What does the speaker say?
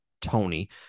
tony